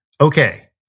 okay